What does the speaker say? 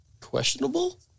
Questionable